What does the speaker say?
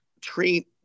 treat